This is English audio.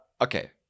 Okay